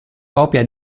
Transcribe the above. copia